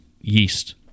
yeast